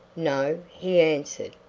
no, he answered,